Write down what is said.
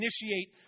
initiate